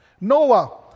Noah